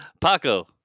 Paco